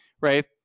right